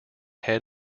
head